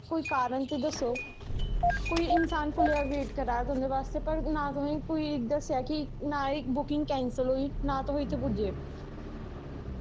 कोई कारन ते दस्सो कोई इंसान कुहले दा वेट करा दा तुं'दे बास्तै पर नां तुसें कोई दस्सेआ कि नां एह् बुकिंग कैंसल होई ना तुस इत्थें पुज्जे